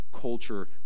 culture